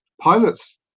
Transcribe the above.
pilots